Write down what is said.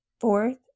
Fourth